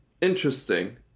interesting